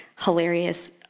hilarious